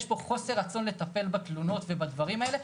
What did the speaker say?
יש פה חוסר רצון לטפל בתלונות ובדברים האלה.